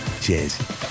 Cheers